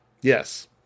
Yes